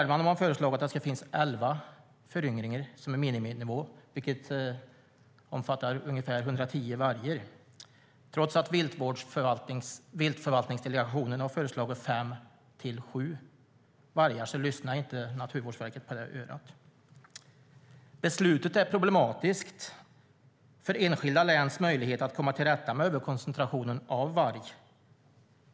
Man har föreslagit att det ska finnas elva föryngringar i Värmland som en miniminivå, vilket omfattar ungefär 110 vargar. Trots att viltförvaltningsdelegationen har föreslagit 5-7 vargar lyssnar inte Naturvårdsverket på det örat. Beslutet är problematiskt för enskilda läns möjligheter att komma till rätta med överkoncentrationen av varg.